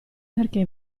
perché